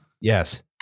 Yes